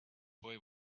boy